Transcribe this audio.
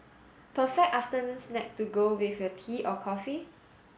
perfect afternoon snack to go with your tea or coffee